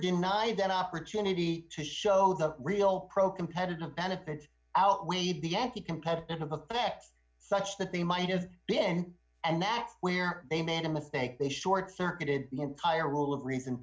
denied an opportunity to show the real pro competitive benefits outweighed the yaquis competitive effect such that they might have been and that's where they made a mistake they short circuited the entire rule of reason